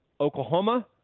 Oklahoma